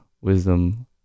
wisdom